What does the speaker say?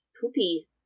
Poopy